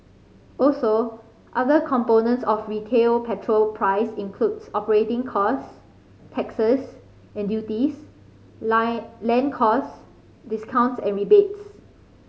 also other components of retail petrol price includes operating costs taxes and duties line land costs discounts and rebates